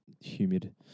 humid